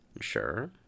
Sure